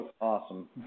awesome